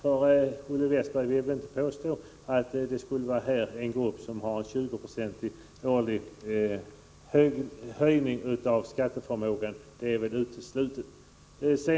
Olle Westberg vill väl inte påstå att det i detta fall skulle röra sig om en grupp som har en årlig höjning av skatteförmågan på 20 96? Det torde vara uteslutet.